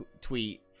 tweet